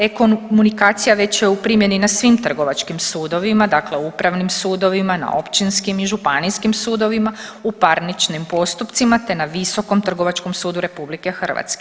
E-komunikacija već je primjeni na svim trgovačkim sudovima, dakle upravnim sudovima, na općinskim i županijskim sudovima, u parničnim postupcima te na Visokom trgovačkom sudu RH.